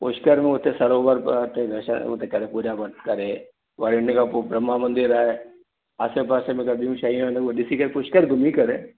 पुष्कर में हुते सरोवर जे हुते कलकंदी करे पूॼा उते करे वरी उन्ही खां पोइ ब्रह्मा जो मंदरु आहे आसे पासे में मतिलबु ॿियूं शयूं मतिलबु ॾिसी करे पुष्कर घुमी करे